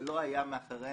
שלא היה מאחוריהן